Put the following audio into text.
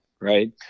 Right